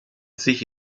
sich